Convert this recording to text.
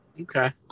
Okay